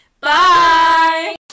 Bye